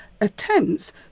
attempts